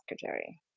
secretary